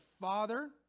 Father